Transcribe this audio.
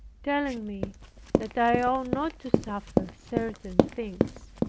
telling me that i ought not to suffer certain things.